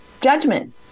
judgment